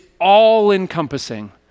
all-encompassing